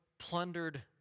Plundered